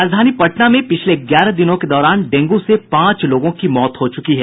राजधानी पटना में पिछले ग्यारह दिनों के दौरान डेंगू से पांच लोगों की मौत हो चुकी है